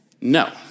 No